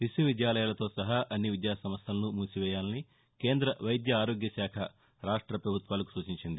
విశ్వవిద్యాలయాలతో సహా అన్ని విద్యాసంస్థలను మూసివేయాలని కేంద్ర వైద్యారోగ్యశాఖ రాష్ట ప్రభుత్వాలకు సూచించింది